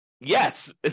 yes